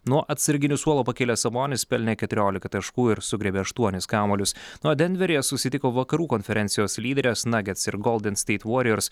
nuo atsarginių suolo pakilęs sabonis pelnė keturiolika taškų ir sugriebė aštuonis kamuolius na o denveryje susitiko vakarų konferencijos lyderės nuggets ir golden state warriors